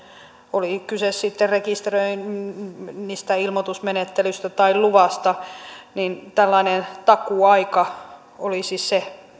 oli kyse sitten rekisteröinnistä ilmoitusmenettelystä tai luvasta tällainen takuuaika olisi se